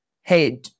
hey